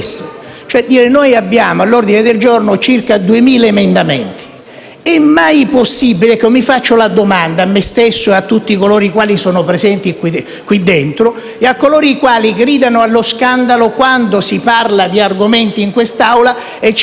duemila emendamenti. Io faccio la domanda a me stesso, a tutti coloro i quali sono presenti qui dentro e a tutti coloro che gridano allo scandalo quando si parla di certi argomenti in quest'Aula e una parte della maggioranza non risponde o fa orecchie da mercante.